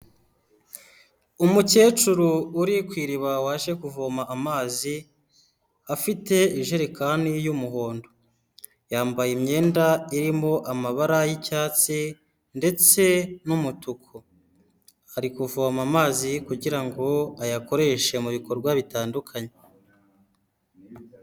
Umukecuru uri ku iriba waje kuvoma amazi, afite ijerekani y'umuhondo. Yambaye imyenda irimo amabara y'icyatsi ndetse n'umutuku. Ari kuvoma amazi kugira ngo ayakoreshe mu bikorwa bitandukanye.